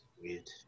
Weird